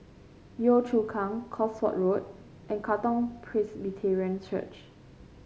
Yio Chu Kang Cosford Road and Katong Presbyterian Church